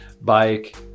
bike